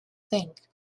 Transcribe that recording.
think